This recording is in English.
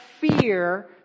fear